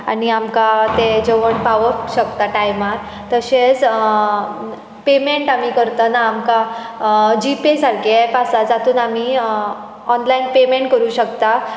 आनी आमकां तें जेवण पावप शकता टायमार तशेंच पेमॅण्ट आमी करताना आमकां जिपे सारके एप आसा जातूंत आमी ऑनलायन पेमॅण्ट करूंक शकता